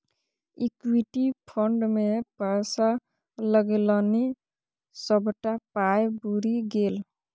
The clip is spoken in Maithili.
इक्विटी फंड मे पैसा लगेलनि सभटा पाय बुरि गेल